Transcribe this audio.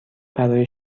برای